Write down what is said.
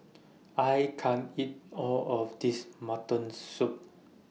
I can't eat All of This Mutton Soup